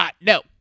no